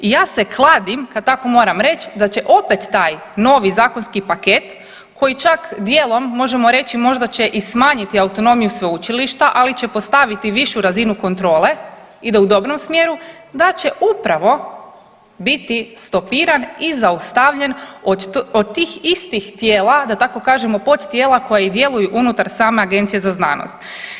I ja se kladim, kad tako moram reć, da će opet taj novi zakonski paket koji čak djelom možemo reći možda će i smanjiti autonomiju sveučilišta, ali će postaviti višu razinu kontrole, ide u dobrom smjeru, da će upravo biti stopiran i zaustavljen od tih istih tijela da tako kažemo podtijela koja i djeluju unutar same Agencije za znanost.